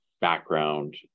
background